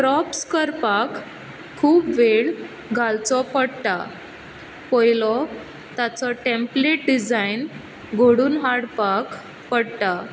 props करपाक खूब वेळ घालचो पडटा पयलो ताचो टेमप्लेट डिजायन घडून हाडपाक पडटा